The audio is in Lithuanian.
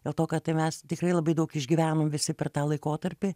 dėl to kad tai mes tikrai labai daug išgyvenom visi per tą laikotarpį